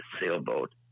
sailboat